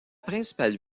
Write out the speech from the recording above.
principale